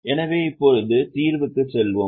எனவே இப்போது தீர்வுக்குச் செல்வோம்